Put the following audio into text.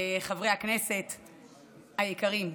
חברי הכנסת היקרים,